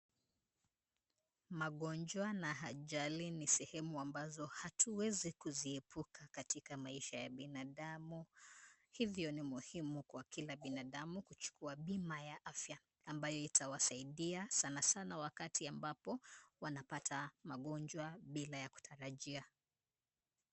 Magonjwa na ajali ni sehemu ambazo hatuwezi kuziepuka katika maisha ya binadamu. Hivyo ni muhimu kwa kila binadamu kuchukua bima ya afya, ambayo itawasaidia sanasana wakati ambapo wanapata magonjwa bila ya kutarajia.